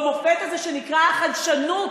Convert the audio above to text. במופת הזה שנקרא חדשנות,